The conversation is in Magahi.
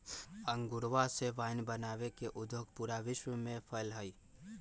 अंगूरवा से वाइन बनावे के उद्योग पूरा विश्व में फैल्ल हई